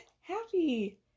happy